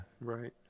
Right